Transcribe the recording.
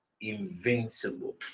invincible